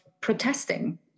protesting